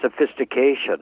sophistication